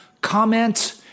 comment